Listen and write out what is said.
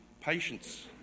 patience